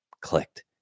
clicked